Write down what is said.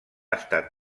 estat